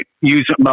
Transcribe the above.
use